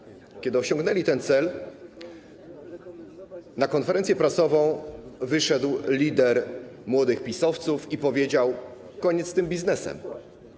Kiedy osiągnęli ten cel, na konferencji prasowej wyszedł lider młodych PiS-owców i powiedział: koniec z tym biznesem.